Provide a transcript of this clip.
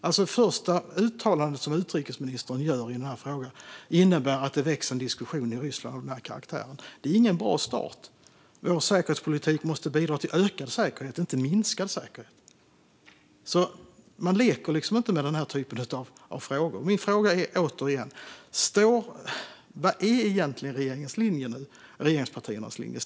Att det första uttalande som utrikesministern gör i de här frågorna innebär att det väcks en diskussion i Ryssland av den här karaktären är ingen bra start. Vår säkerhetspolitik måste bidra till ökad säkerhet, inte minskad säkerhet. Man leker inte med den här typen av frågor. Min fråga är återigen: Vilken är egentligen regeringspartiernas linje nu?